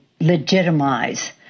legitimize